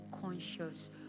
conscious